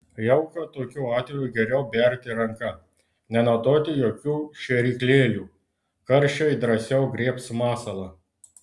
jauką tokiu atveju geriau berti ranka nenaudoti jokių šėryklėlių karšiai drąsiau griebs masalą